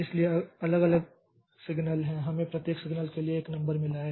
इसलिए अलग अलग सिग्नल हैं हमें प्रत्येक सिग्नल के लिए एक नंबर मिला है